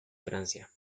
francia